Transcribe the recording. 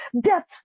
death